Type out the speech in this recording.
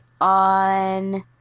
on